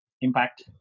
impact